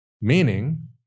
meaning